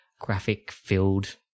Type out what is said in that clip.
graphic-filled